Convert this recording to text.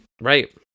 Right